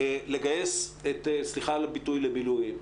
לגייס, סליחה על הביטוי למילואים,